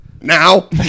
Now